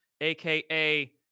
aka